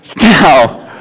now